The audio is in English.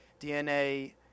DNA